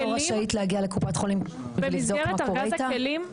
את לא רשאית להגיע לקופת חולים ולבדוק מה קורה איתם?